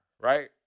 right